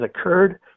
occurred